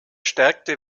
stärkte